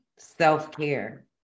self-care